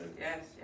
yes